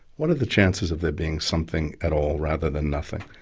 what are the chances of there being something at all rather than nothing?